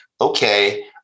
okay